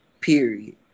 Period